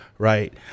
Right